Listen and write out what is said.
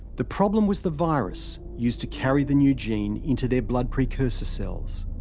the problem was the virus used to carry the new gene into their blood precursor cells.